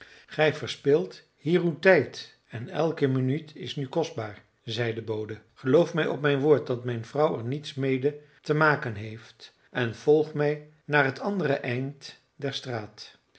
gij verspilt hier uw tijd en elke minuut is nu kostbaar zeide de bode geloof mij op mijn woord dat mijn vrouw er niets mede te maken heeft en volg mij naar het andere eind der straat